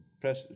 press